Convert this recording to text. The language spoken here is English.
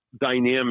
dynamic